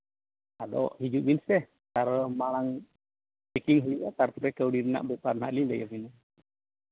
ᱟᱫᱚ ᱦᱤᱡᱩᱜ ᱵᱤᱱ ᱥᱮ ᱟᱨᱚ ᱢᱟᱲᱟᱝ ᱪᱮᱹᱠᱤᱝ ᱦᱩᱭᱩᱜᱼᱟ ᱛᱟᱨᱯᱚᱨᱮ ᱠᱟᱹᱣᱰᱤ ᱨᱮᱱᱟᱜ ᱵᱮᱯᱟᱨ ᱦᱟᱸᱜ ᱞᱤᱧ ᱞᱟᱹᱭᱟᱵᱤᱱᱟ